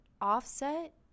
Offset